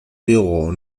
llegó